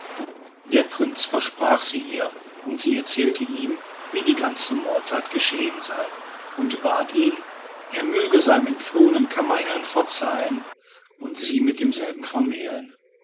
der prinz versprach sie ihr und sie erzählte ihm wie die ganze mordtat geschehen sei und bat ihn er möge seinem entflohenen kammerherrn verzeihen und sie mit demselben vermählen